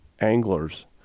anglers